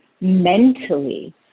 mentally